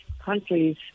countries